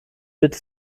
bitte